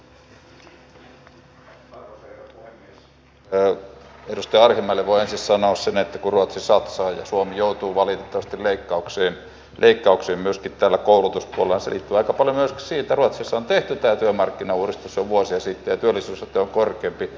edustaja arhinmäelle voin ensin sanoa sen että kun ruotsi satsaa ja suomi joutuu valitettavasti leikkauksiin myöskin täällä koulutuspuolella niin se liittyy aika paljon myöskin siihen että ruotsissa on tehty tämä työmarkkinauudistus jo vuosia sitten ja työllisyysaste on korkeampi